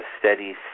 steady